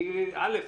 א',